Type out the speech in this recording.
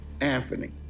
Anthony